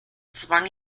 zwang